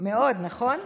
מאוד, נכון?